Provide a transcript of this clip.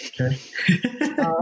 okay